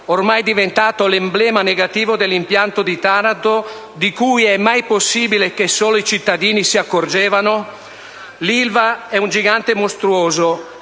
ormai diventato l'emblema negativo dell'impianto di Taranto. È mai possibile che solo i cittadini se ne accorgessero? L'Ilva è un gigante mostruoso,